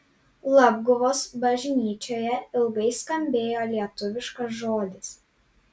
labguvos bažnyčioje ilgai skambėjo lietuviškas žodis